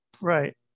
right